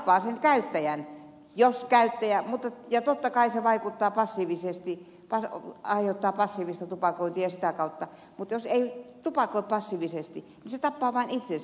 no se tappaa sen käyttäjän ja totta kai se aiheuttaa passiivista tupakointia ja tappaa sitä kautta mutta jos ei tupakoi passiivisesti niin tupakoiva tappaa vain itsensä